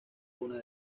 una